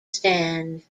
stand